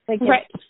Right